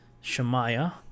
Shemaiah